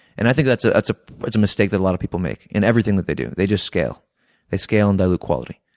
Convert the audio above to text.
and i think that's ah that's ah a mistake that a lot of people make in everything that they do. they just scale they scale and dilute the quality.